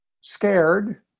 scared